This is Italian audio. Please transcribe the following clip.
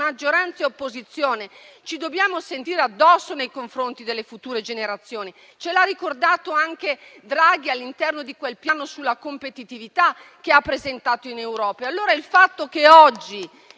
maggioranza e opposizione, dobbiamo sentirci addosso nei confronti delle future generazioni, come ci ha ricordato Draghi all'interno di quel piano sulla competitività che ha presentato in Europa. Allora, il fatto che oggi